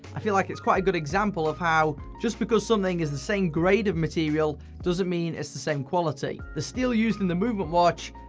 i feel like it's quite a good example of how, just because something is the same grade of material, doesn't mean it's the same quality. the steel used in the mvmt watch,